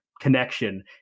connection